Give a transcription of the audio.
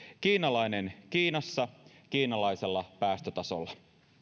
kiinalainen kiinassa kiinalaisella päästötasolla